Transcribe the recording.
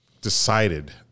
decided